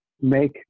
make